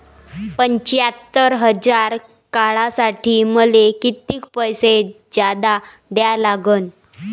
पंच्यात्तर हजार काढासाठी मले कितीक पैसे जादा द्या लागन?